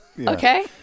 Okay